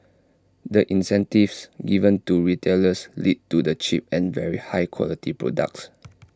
the incentives given to retailers lead to the cheap and very high quality products